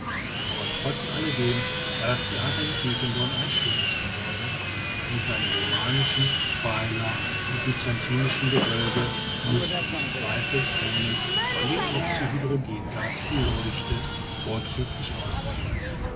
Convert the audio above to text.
aber trotz alledem war das theater in quiquendone ein schönes gebäude und seine romanischen pfeiler und byzantinischen gewölbe mußten sich zweifelsohne von dem oxyhydrogengas beleuchtet vorzüglich ausnehmen